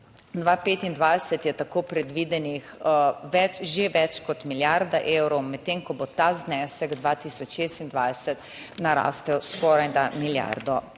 2025 je tako predvidenih že več kot milijarda evrov, medtem ko bo ta znesek 2026 narastel skorajda milijardo